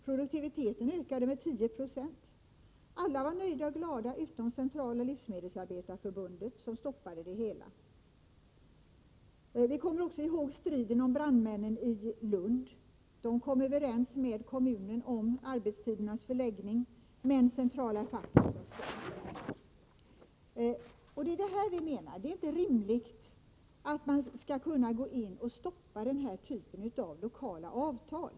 Produktiviteten ökade med 10 92, och alla var glada het och nöjda utom Livsmedelsarbetareförbundet, som stoppade det hela. Vi kommer också ihåg striden om brandmännen i Lund. De kom överens med kommunen om arbetstidens förläggning, men centrala facket stoppade det. Vi anser det inte rimligt att man på det här sättet skall kunna stoppa detta slag av lokala avtal.